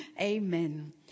Amen